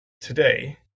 today